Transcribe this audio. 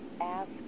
ask